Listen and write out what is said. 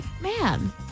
man